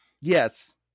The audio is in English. Yes